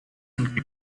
and